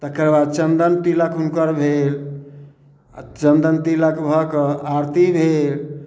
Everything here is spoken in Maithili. तकर बाद चन्दन तिलक हुनकर भेल आ चन्दन तिलक भऽ कऽ आरती भेल